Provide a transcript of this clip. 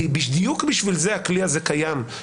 כי בדיוק בשביל זה הכלי הזה קיים,